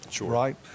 right